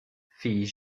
fis